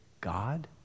God